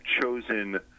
chosen